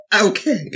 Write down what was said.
Okay